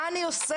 מה אני עושה.